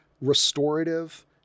restorative